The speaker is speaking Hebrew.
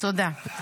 תודה.